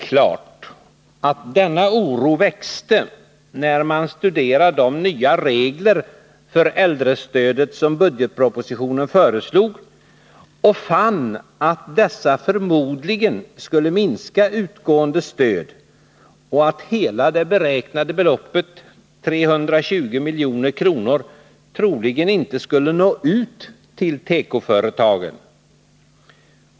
Självfallet växte denna oro när man studerade de nya regler för äldrestödet som budgetpropositionen förordade och då fann att dessa förmodligen skulle medföra att utgående stöd minskade och att hela det beräknade beloppet — 320 milj.kr. — troligen inte skulle nå ut till tekoföretagen.